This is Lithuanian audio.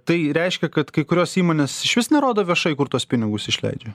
tai reiškia kad kai kurios įmonės išvis nerodo viešai kur tuos pinigus išleidžia